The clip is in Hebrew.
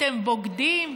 אתם בוגדים,